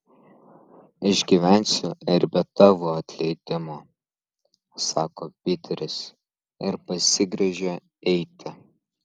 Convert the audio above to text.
išgyvensiu ir be tavo atleidimo sako piteris ir pasigręžia eiti